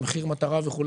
"מחיר מטרה" וכו',